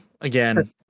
again